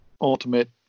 ultimate